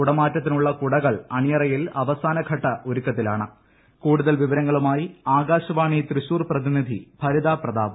കുടമാറ്റത്തിനുള്ള കുടകൾ അണിയായിൽ അവസാന ഘട്ട കൂടുതൽ വിവരങ്ങളുമായി ആകാൾവാണി തൃശ്ശൂർ പ്രതിനിധി ഭരിതാ പ്രതാപ്